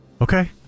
Okay